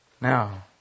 Now